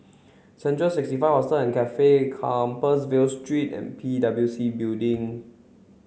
central sixty five Hostel and Cafe Compassvale Street and P W C Building